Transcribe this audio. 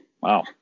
Wow